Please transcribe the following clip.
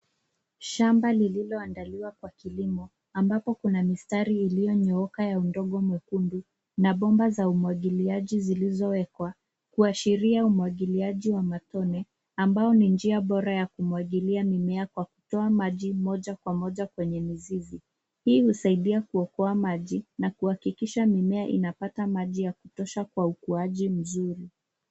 Shamba lililoandaliwa kwa kilimo ambapo kuna mistari iliyonyooka ya udongo mwekundu na bomba za umwagiliaji zilizowekwa, kuashiria umwagiliaji wa matone ambao ni njia bora ya kumwagilia mimea kwa kutoa maji moja kwa moja kwenye mizizi. Hii husaidia kuokoa maji na kuhakikisha mimea inapata maji ya kutosha kwa ukuaji mzuri.